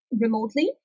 remotely